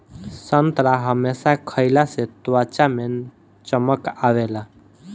संतरा हमेशा खइला से त्वचा में चमक आवेला